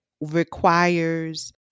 requires